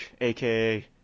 aka